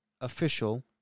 official